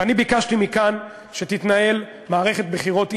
ואני ביקשתי מכאן שתתנהל מערכת בחירות עניינית,